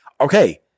Okay